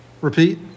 Repeat